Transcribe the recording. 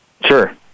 Sure